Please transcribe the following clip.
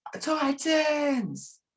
Titans